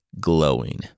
glowing